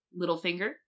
Littlefinger